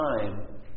time